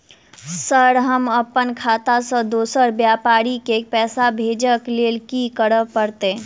Sir हम अप्पन खाता सऽ दोसर व्यापारी केँ पैसा भेजक लेल की करऽ पड़तै?